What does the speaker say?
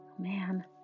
man